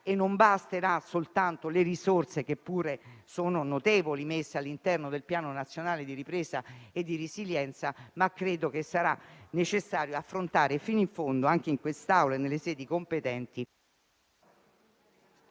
Non basteranno le risorse, che pure sono notevoli, messe all'interno del Piano nazionale di ripresa e di resilienza, ma credo che sarà necessario affrontare fino in fondo, in quest'Aula e nelle sedi competenti...